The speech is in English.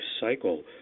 cycle